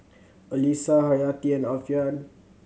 Alyssa Haryati and Alfian